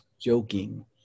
joking